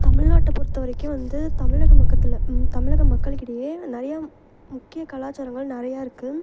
தமிழ்நாட்டை பொறுத்தவரைக்கும் வந்து தமிழக மக்கத்தில் தமிழக மக்களுக்கிடையே நிறையா முக்கிய கலாச்சாரங்கள் நிறையா இருக்குது